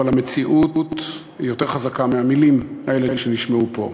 אבל המציאות היא יותר חזקה מהמילים האלה שנשמעו פה.